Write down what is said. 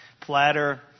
platter